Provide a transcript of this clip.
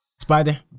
Spider